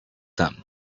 them